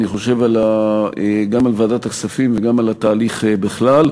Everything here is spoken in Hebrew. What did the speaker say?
אני חושב, גם על ועדת הכספים וגם על התהליך בכלל.